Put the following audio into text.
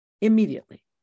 immediately